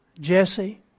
Jesse